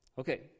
Okay